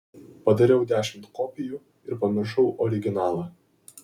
padariau dešimt kopijų ir pamiršau originalą